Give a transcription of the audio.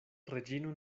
reĝino